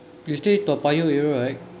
you stay Toa Payoh area right